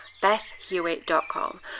BethHewitt.com